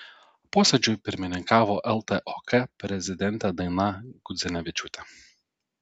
posėdžiui pirmininkavo ltok prezidentė daina gudzinevičiūtė